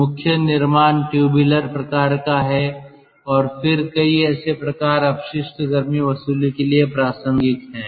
तो मुख्य निर्माण ट्यूबलर प्रकार का है और फिर कई ऐसे प्रकार अपशिष्ट गर्मी वसूली के लिए प्रासंगिक हैं